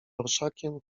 orszakiem